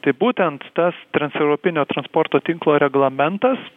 tai būtent tas transeuropinio transporto tinklo reglamentas